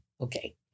Okay